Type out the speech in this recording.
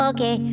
Okay